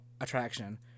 attraction